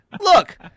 Look